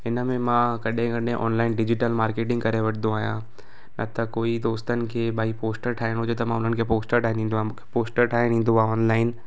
हिन में मां कॾहिं कॾहिं ऑनलाइन डिजिटल मार्केटिंग करे वठंदो आहियां न त कोई दोस्तनि खे भई पोस्टर ठाइणो हुजे त मां उन्हनि खे पोस्टर ठाहे करे ॾींदो आहियां पोस्टर ठाहे ॾींदो आहे ऑनलाइन